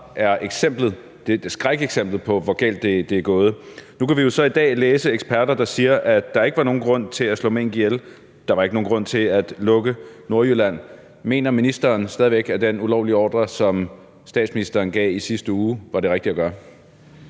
– et skrækeksempel – på, hvor galt det er gået. Nu kan vi jo så i dag læse om eksperter, der siger, at der ikke var nogen grund til at slå mink ihjel, at der ikke var nogen grund til at lukke Nordjylland. Mener ministeren stadig væk, at den ulovlige ordre, som statsministeren gav i sidste uge, var det rigtige at gøre?